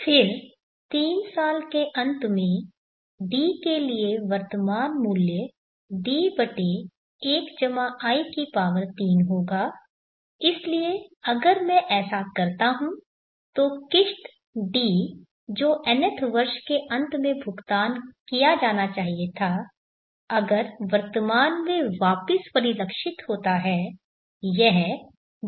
फिर 3 साल के अंत में D के लिए वर्तमान मूल्य D1i3 होगा इसलिए अगर मैं ऐसा करता हूं तो किश्त D जो nth वर्ष के अंत में भुगतान किया जाना चाहिए था अगर वर्तमान में वापस परिलक्षित होता है यह D1in होगा